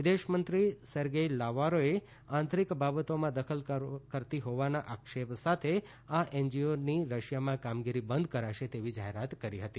વિદેશમંત્રી સેર્ગેઇ લાવારોએ આંતરીક બાબોતમાં દખલ કરતી હોવાના આક્ષેપ સાથે આ એનજીઓની રશિયામાં કામગીરી બંધ કરાશે તેવી જાહેરાત કરી હતી